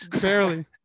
barely